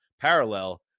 parallel